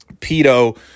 Pedo